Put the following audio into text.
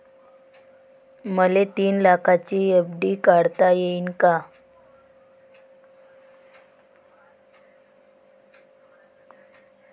मले तीन लाखाची एफ.डी काढता येईन का?